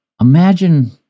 imagine